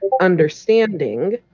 understanding